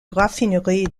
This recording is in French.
raffinerie